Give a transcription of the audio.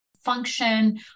Function